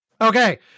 Okay